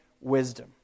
wisdom